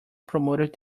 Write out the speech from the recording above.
promoted